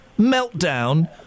meltdown